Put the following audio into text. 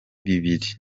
bibiri